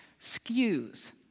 skews